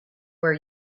where